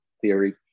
theory